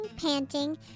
panting